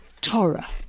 Torah